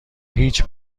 هیچ